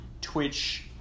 Twitch